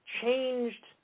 changed